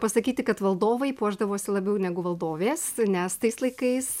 pasakyti kad valdovai puošdavosi labiau negu valdovės nes tais laikais